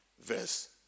verse